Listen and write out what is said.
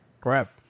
Crap